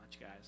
guys